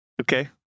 okay